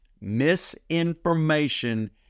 Misinformation